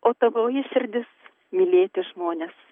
o tavoji širdis mylėti žmones